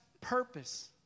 purpose